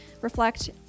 reflect